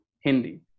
Hindi